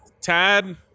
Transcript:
Tad